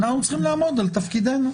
אנחנו צריכים לעמוד על תפקידנו.